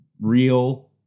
real